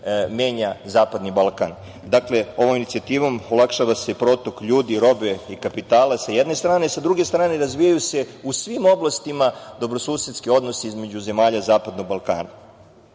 menja Zapadni Balkan. Dakle, ovom inicijativom olakšava se protok ljudi i robe i kapitala sa jedne strane, a sa druge strane razvijaju se u svim oblastima dobrosusedski odnosi između zemalja Zapadanog Balkana. Ovde